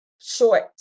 short